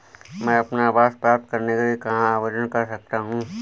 मैं अपना आवास प्राप्त करने के लिए कहाँ आवेदन कर सकता हूँ?